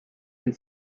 and